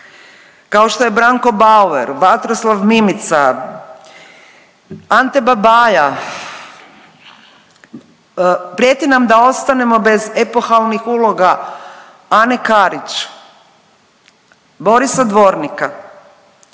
kao što je Branko Bauder, Vatroslav Mimica, Ante Babaja. Prijeti nam da ostanemo bez epohalnih uloga Ane Karić, Borisa Dvornika,